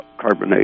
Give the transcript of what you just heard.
Carbonate